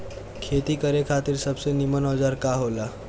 खेती करे खातिर सबसे नीमन औजार का हो ला?